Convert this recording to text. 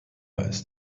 ist